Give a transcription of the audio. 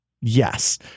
Yes